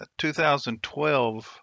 2012